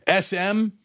SM